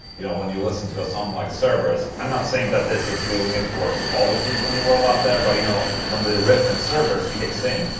you know, when you listen to a song like so cerberus. i'm not saying that this is doing it for all the people in the world out there but you know when the riff and cerberus kicks in.